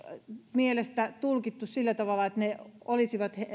mielestä tulkittu sillä tavalla että ne olisivat